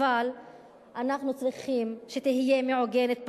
אבל אנחנו צריכים שתהיה מעוגנת בחוק,